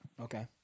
Okay